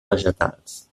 vegetals